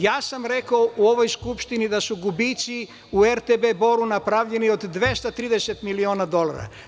Ja sam rekao u ovoj Skupštini da su gubici u RTB Boru napravljeni od 230 miliona dolara.